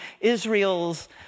Israel's